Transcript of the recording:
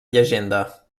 llegenda